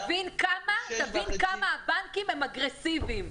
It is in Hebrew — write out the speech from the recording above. תבין כמה הבנקים הם אגרסיביים.